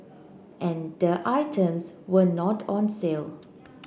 and the items were not on sale